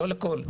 לא לכל הדברים.